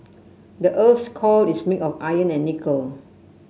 the earth's core is made of iron and nickel